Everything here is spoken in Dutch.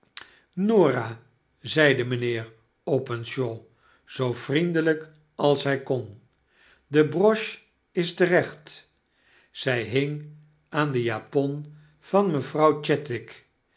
norah zeide mijnheer openshaw zoo vriendelijk als hij kon de broche is terecht zij hing aan de japon van mevrouw